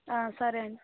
సరే అండి